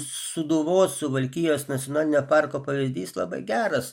sūduvos suvalkijos nacionalinio parko pavyzdys labai geras